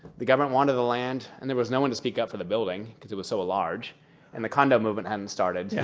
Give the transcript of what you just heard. the government wanted the land and there was no one to speak up for the building because it was so large and the condo movement hadn't started. yeah